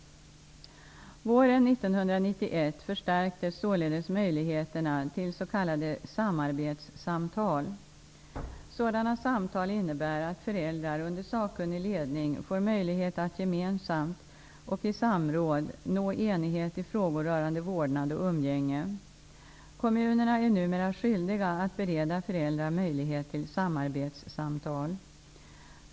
Våren 1991 förstärktes således möjligheterna till s.k. samarbetssamtal. Sådana samtal innebär att föräldrar under sakkunnig ledning får möjlighet att gemensamt och i samråd nå enighet i frågor rörande vårdnad och umgänge. Kommunerna är numera skyldiga att bereda föräldrar möjlighet till samarbetssamtal.